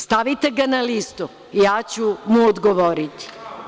Stavite ga na listu i ja ću mu odgovoriti.